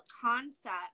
concept